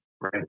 right